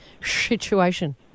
situation